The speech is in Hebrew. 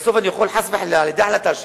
בסוף אני יכול, חס וחלילה, על-ידי החלטה שלי,